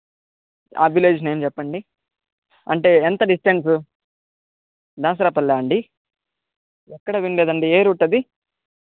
ఆ village name చెప్పండి అంటే ఎంత డిస్టెన్స్ దాసరపల్లా అండి ఎక్కడా వినలేదండి ఏ రూట్ అది